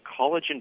collagen